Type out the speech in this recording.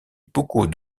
beaucoup